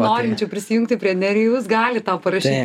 norinčių prisijungti prie nerijaus gali tau parašyti